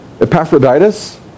Epaphroditus